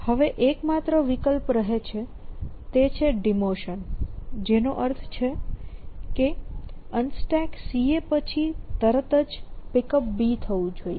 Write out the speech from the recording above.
એકમાત્ર વિકલ્પ રહે છે તે ડિમોશન છે જેનો અર્થ છે કે UnstackCA પછી જ Pickup થવું જોઈએ